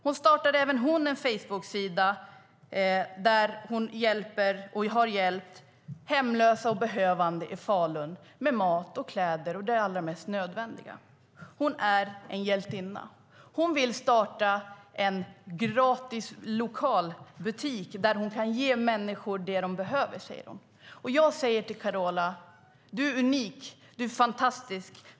Hon startade även hon en Facebooksida där hon hjälper och har hjälpt hemlösa och behövande i Falun med mat, kläder och det allra mest nödvändiga. Hon är en hjältinna. Hon vill starta en gratis lokalbutik där hon kan ge människor det som de behöver, säger hon. Och jag säger till Carola: Du är unik, du är fantastisk.